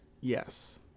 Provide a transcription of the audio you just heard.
Yes